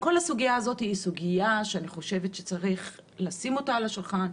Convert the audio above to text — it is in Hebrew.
כל הסוגיה הזאת היא סוגיה שאני חושבת שצריך לשים על השולחן,